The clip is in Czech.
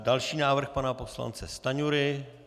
Další návrh pana poslance Stanjury.